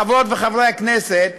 חברות וחברי הכנסת,